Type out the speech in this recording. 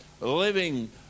living